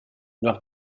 leur